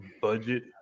budget